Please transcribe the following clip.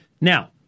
Now